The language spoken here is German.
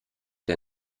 der